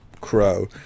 crow